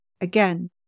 Again